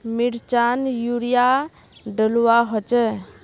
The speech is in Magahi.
मिर्चान यूरिया डलुआ होचे?